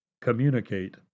communicate